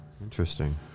Interesting